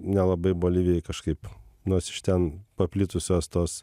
nelabai bolivijoj kažkaip nors iš ten paplitusios tos